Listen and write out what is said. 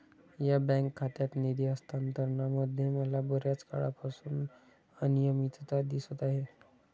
या बँक खात्यात निधी हस्तांतरणामध्ये मला बर्याच काळापासून अनियमितता दिसत आहे